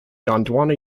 gondwana